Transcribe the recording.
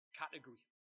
category